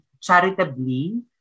charitably